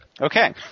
Okay